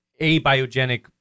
abiogenic